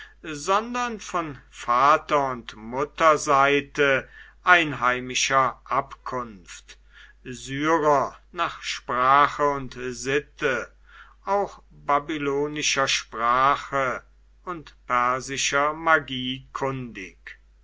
sondern von vater und mutterseite einheimischer abkunft syrer nach sprache und sitte auch babylonischer sprache und persischer magie